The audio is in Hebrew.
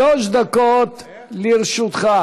שלוש דקות לרשותך.